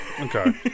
Okay